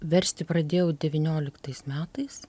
versti pradėjau devynioliktais metais